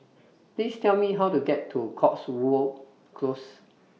Please Tell Me How to get to Cotswold Close